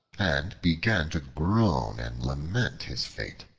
and began to groan and lament his fate.